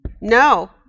No